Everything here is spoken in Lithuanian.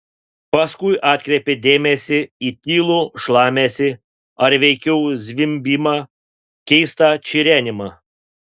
paskui atkreipė dėmesį į tylų šlamesį ar veikiau zvimbimą keistą čirenimą